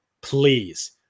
please